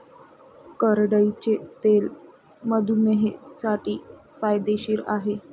करडईचे तेल मधुमेहींसाठी फायदेशीर आहे